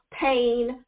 pain